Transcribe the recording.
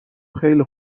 خیلی